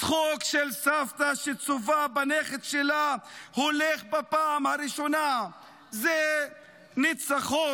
צחוק של סבתא שצופה בנכד שלה הולך בפעם הראשונה זה ניצחון.